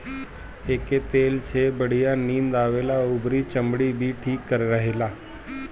एकर तेल से बढ़िया नींद आवेला अउरी चमड़ी भी ठीक रहेला